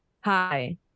hi